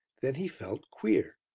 then he felt queer.